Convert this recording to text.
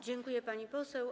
Dziękuję, pani poseł.